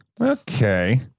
Okay